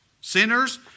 sinners